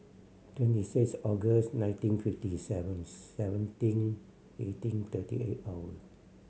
twenty six August nineteen fifty seventh seventeen eighteen thirty eight hour